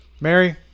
Mary